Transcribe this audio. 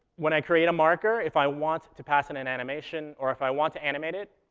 when i create a marker, if i want to pass in an animation, or if i want to animate it,